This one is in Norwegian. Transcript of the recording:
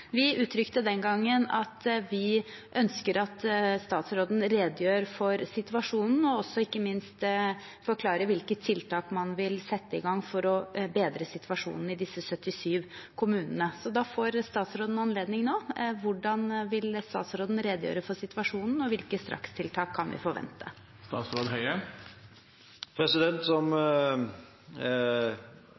Vi uttrykte den gangen at vi ønsket at statsråden skulle redegjøre for situasjonen, og ikke minst at han skulle forklare hvilke tiltak man ville sette i gang for å bedre situasjonen i disse 77 kommunene. Så da får statsråden anledning nå: Hvordan vil statsråden redegjøre for situasjonen, og hvilke strakstiltak kan vi